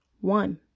One